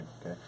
Okay